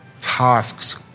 tasks